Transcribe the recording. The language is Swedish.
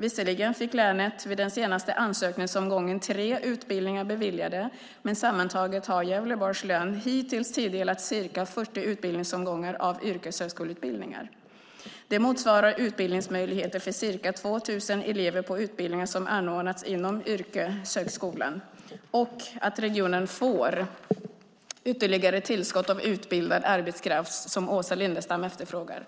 Visserligen fick länet vid den senaste ansökningsomgången tre utbildningar beviljade, men sammantaget har Gävleborgs län hittills tilldelats ca 40 utbildningsomgångar av yrkeshögskoleutbildningar. Det motsvarar utbildningsmöjligheter för ca 2 000 elever på utbildningar som anordnas inom Yrkeshögskolan och att regionen får ytterligare tillskott av utbildad arbetskraft, som Åsa Lindestam efterfrågar.